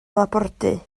labordu